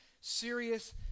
serious